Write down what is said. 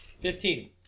Fifteen